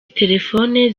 telefoni